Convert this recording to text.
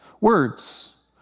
Words